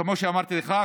כמו שאמרתי לך,